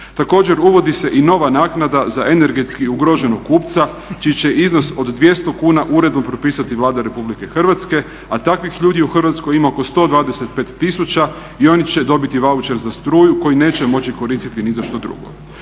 Također uvodi se i nova naknada za energetski ugroženog kupca čiji će iznos od 200 kuna uredbom propisati Vlada Republike Hrvatske a takvih ljudi u Hrvatskoj ima oko 125 tisuća i oni će dobiti vaučer za struju koji neće moći koristiti ni za što drugo.